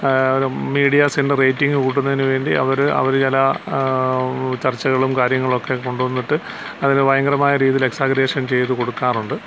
മീഡിയാസിൻ്റെ rating കൂട്ടുന്നതിനുവേണ്ടി അവര് അവര് ചില ചർച്ചകളും കാര്യങ്ങളൊക്കെ കൊണ്ടുവന്നിട്ട് അതിനു ഭയങ്കരമായ രീതിയിൽ എക്സാജെറേഷൻ ചെയ്തു കൊടുക്കാറുണ്ട്